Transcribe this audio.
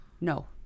No